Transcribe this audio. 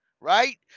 right